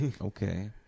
Okay